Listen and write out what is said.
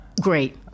Great